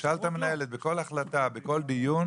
תשאל את המנהלת, בכל החלטה, בכל דיון.